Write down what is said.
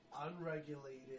unregulated